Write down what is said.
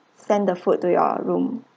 send the food to your room